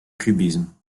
cubisme